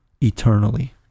eternally